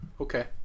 Okay